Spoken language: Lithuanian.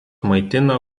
maitina